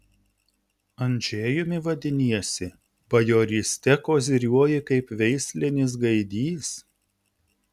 andžejumi vadiniesi bajoryste koziriuoji kaip veislinis gaidys